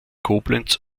koblenz